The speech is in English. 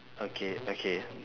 okay okay